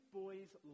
boy's